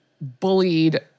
bullied